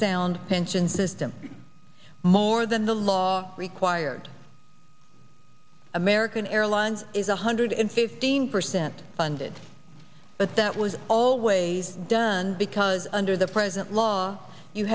sound pension system more than the law required american airlines is a hundred and fifteen percent funded but that was always done because under the present law you